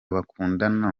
bakundanaga